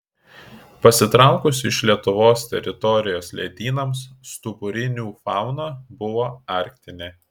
pasitraukus iš lietuvos teritorijos ledynams stuburinių fauna buvo arktinė